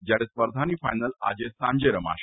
જયારે સ્પર્ધાની ફાઇનલ આજે સાંજે રમાશે